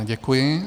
Děkuji.